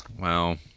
Wow